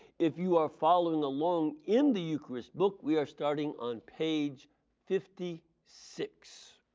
if you are following along in the eucharist book we are starting on page fifty six.